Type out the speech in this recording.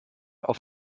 auf